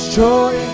joy